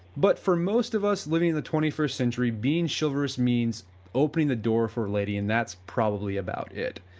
but for most of us living in the twenty first century being chivalrous means opening the door for a lady, and that's probably about it.